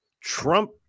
Trump –